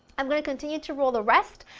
i'm going to continue to roll the rest,